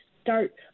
start